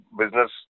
business